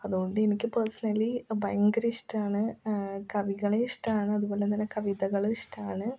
അതുകൊണ്ടെനിക്ക് പേഴ്സണലി ഭയങ്കരിഷ്ടമാണ് കവികളെ ഇഷ്ടമാണ് അതുപോലെ തന്നെ കവിതകളും ഇഷ്ടമാണ്